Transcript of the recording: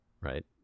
right